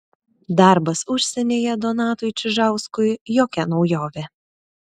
darbas užsienyje donatui čižauskui jokia naujovė